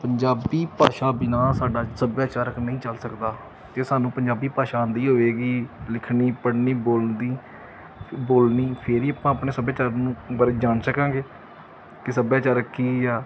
ਪੰਜਾਬੀ ਭਾਸ਼ਾ ਬਿਨਾ ਸਾਡਾ ਸੱਭਿਆਚਾਰਕ ਨਹੀਂ ਚੱਲ ਸਕਦਾ ਅਤੇ ਸਾਨੂੰ ਪੰਜਾਬੀ ਭਾਸ਼ਾ ਆਉਂਦੀ ਹੋਵੇਗੀ ਲਿਖਣੀ ਪੜ੍ਹਨੀ ਬੋਲ ਦੀ ਫਿ ਬੋਲਣੀ ਫਿਰ ਹੀ ਆਪਾਂ ਆਪਣੇ ਸੱਭਿਆਚਾਰ ਨੂੰ ਬਾਰੇ ਜਾਣ ਸਕਾਂਗੇ ਕਿ ਸੱਭਿਆਚਾਰ ਕੀ ਆ